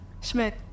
Schmidt